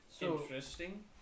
Interesting